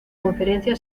conferencia